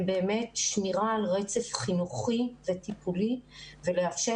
הם באמת שמירה על רצף חינוכי וטיפולי ולאפשר